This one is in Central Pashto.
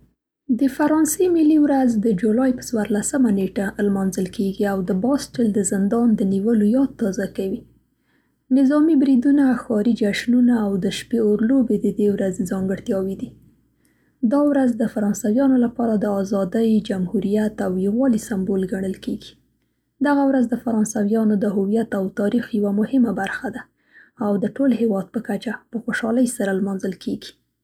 د فرانسې ملي ورځ د جولای په ۱۴مه نېټه لمانځل کیږي او د باستیل د زندان د نیولو یاد تازه کوي. نظامي بریډونه، ښاري جشنونه او د شپې اور لوبې ددې ورځې ځانګړتیاوې دي. دا ورځ د فرانسویانو لپاره د آزادۍ، جمهوریت او یووالي سمبول ګڼل کیږي. دغه ورځ د فرانسویانو د هويت او تاریخ یوه مهمه برخه ده، او د ټول هیواد په کچه په خوشحالۍ سره نمانځل کیږي